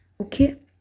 Okay